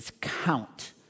Count